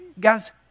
guys